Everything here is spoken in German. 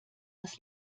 das